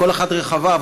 כל אחת רחבה,